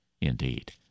Indeed